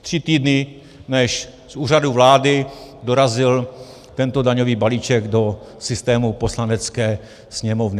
Tři týdny, než z úřadu vlády dorazil tento daňový balíček do systému Poslanecké sněmovny.